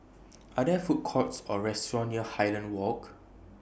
Are There Food Courts Or restaurants near Highland Walk